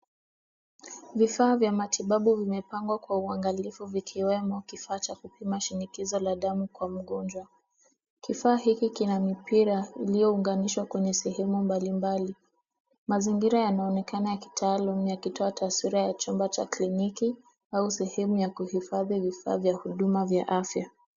Vifaa vya matibabu vimepangwa kwa uangalifu vikiwemo kifaa cha kupima shinikizo la damu kwa mgonjwa. Kifaa hiki kina mipira iliyounganishwa kwenye sehemu mbalimbali. Mazingira yanaonekana ya kitaalamu yakitoa taswira ya chumba cha kliniki au sehemu ya kuhifadhi vifaa vya huduma vya afya.